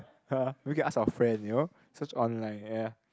[huh] we can ask our friend you know search online ya ya